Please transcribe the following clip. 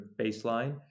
baseline